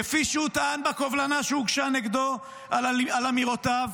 כפי שהוא טען בקובלנה שהוגשה נגדו על אמירותיו,